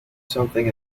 something